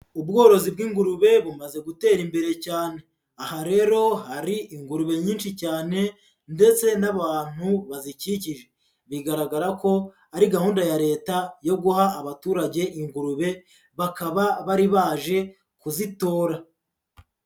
Ubworozi bw'ingurube bumaze gutera imbere cyane, aha rero hari ingurube nyinshi cyane ndetse n'abantu bazikikije, bigaragara ko ari gahunda ya Leta yo guha abaturage ingurube bakaba bari baje kuzitora.